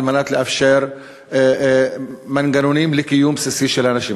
מנת לאפשר מנגנונים לקיום בסיסי של אנשים.